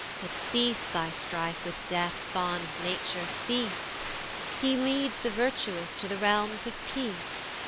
but cease thy strife with death, fond nature, cease he leads the virtuous to the realms of peace